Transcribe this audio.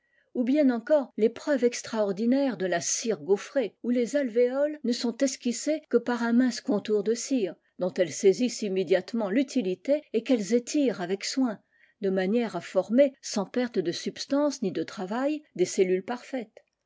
ou bien encore l'épreuve extraordinaire de la cire gaufrée où les alvéoles ne sont esquissés que par un mince contour de cire dont elles saisissent immédiatement l'i lité et qu'elles étirent avec soin de manier former sans perte de substance ni de trav des cellules parfaites